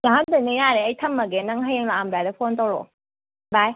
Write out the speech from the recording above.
ꯌꯥꯎꯍꯟꯗꯣꯏꯅꯦ ꯌꯥꯔꯦ ꯑꯩ ꯊꯝꯃꯒꯦ ꯅꯪ ꯍꯌꯦꯡ ꯂꯥꯛꯑꯝꯗꯥꯏꯗ ꯐꯣꯟ ꯇꯧꯔꯛꯑꯣ ꯕꯥꯏ